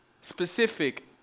specific